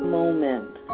moment